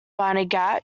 barnegat